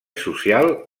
social